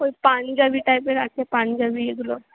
ওই পাঞ্জাবি টাইপের আছে পাঞ্জাবি এগুলো